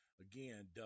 Again